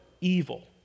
evil